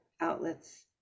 outlets